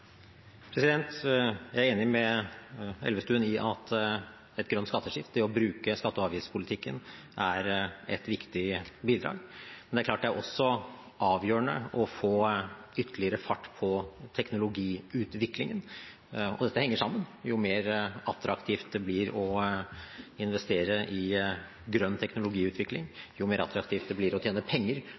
Jeg er enig med Elvestuen i at et grønt skatteskifte, det å bruke skatte- og avgiftspolitikken, er et viktig bidrag, men det er klart det er også avgjørende å få ytterligere fart på teknologiutviklingen, og dette henger sammen. Jo mer attraktivt det blir å investere i grønn teknologiutvikling, jo mer attraktivt det blir å tjene penger